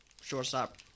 Shortstop